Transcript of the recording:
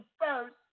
first